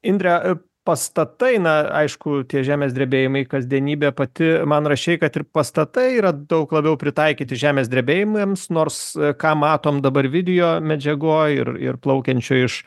indre pastatai na aišku tie žemės drebėjimai kasdienybė pati man rašei kad ir pastatai yra daug labiau pritaikyti žemės drebėjimams nors ką matom dabar video medžiagoj ir ir plaukiančių iš